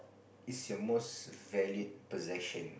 is your most valued possession